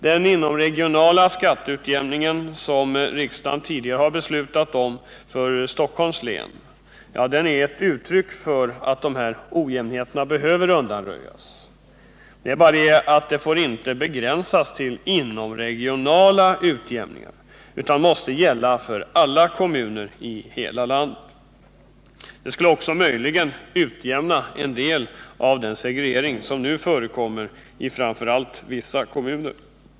Den inomregionala skatteutjämning som riksdagen tidigare har beslutat om för Stockholms län är ett uttryck för att dessa ojämnheter behöver undanröjas. Men utjämningen får inte begränsas till inomregionala utjämningar utan måste gälla för alla kommuner i hela landet. Det skulle också möjligen utjämna en Nr 54 del av den segregering som nu förekommer i framför allt vissa kommuner.